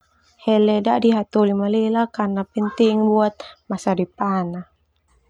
Hele dadi hatoli malelak karena penting buat masa depan ah.